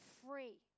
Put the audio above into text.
free